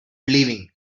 leaving